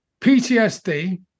PTSD